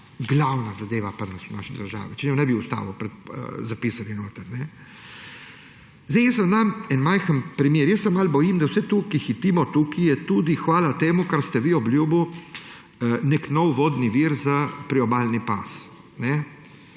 pri nas, v naši državi, če ne je ne bi zapisali v ustavo. Jaz vam dam en majhen primer. Jaz se malo bojim, da vse to, ko hitimo tukaj, je tudi hvala temu, kar ste vi obljubili, nek nov vodni vir za priobalni pas.